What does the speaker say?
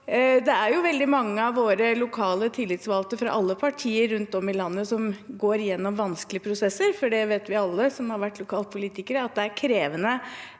Det er veldig mange av våre lokale tillitsvalgte – fra alle partier – rundt om i landet som går gjennom vanskelige prosesser. Alle vi som har vært lokalpolitikere, vet at det er krevende,